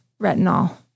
retinol